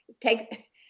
Take